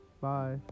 Bye